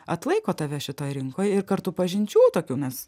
atlaiko tave šitoj rinkoj ir kartu pažinčių tokių nes